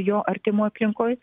jo artimoj aplinkoj